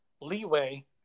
leeway